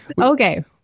okay